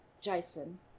Jason